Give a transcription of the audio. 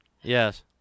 Yes